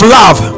love